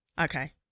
Okay